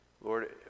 Lord